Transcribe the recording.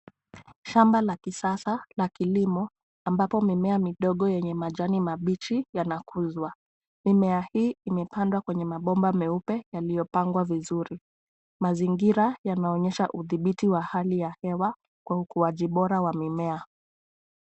Shamba la kisasa la kilimo ambapo mimea midogo yenye majani mabichi yanakuzwa. Mimea hii imepandwa kwenye mabomba meupe yaliyopangwa vizuri. Mazingira yanaonyesha udhibiti wa hali ya hewa kwa ukuaji bora wa mimea.